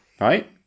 Right